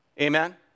Amen